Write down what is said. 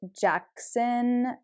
Jackson